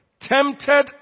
Tempted